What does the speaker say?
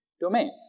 domains